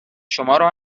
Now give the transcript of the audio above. شمارو